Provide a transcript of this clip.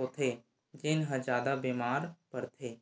होथे जेन ह जादा बेमार परथे